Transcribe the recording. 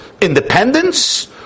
independence